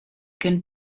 can